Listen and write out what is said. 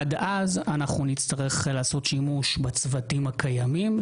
עד אז נצטרך לעשות שימוש בצוותים הקיימים.